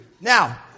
Now